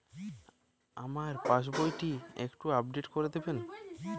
আমার পাসবই টি একটু আপডেট করে দেবেন?